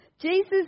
Jesus